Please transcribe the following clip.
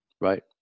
Right